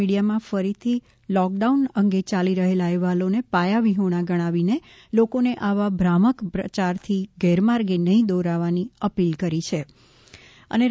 મિડીયામાં ફરીથી લોકડાઉન અંગે ચાલી રહેલા અહેવાલોને પાયાવિહોણા ગણાવીને લોકોને આવા ભ્રામક પ્રચારથી ગેરમાર્ગે નહીં દોરાવાની અપીલ કરી હિ